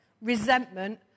resentment